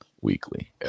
Weekly